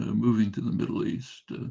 um moving to the middle east